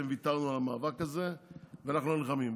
ויתרנו על המאבק הזה ואנחנו לא נלחמים.